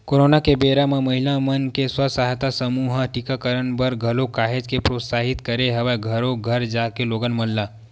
corona के बेरा म महिला मन के स्व सहायता समूह ह टीकाकरन बर घलोक काहेच के प्रोत्साहित करे हवय घरो घर जाके लोगन मन ल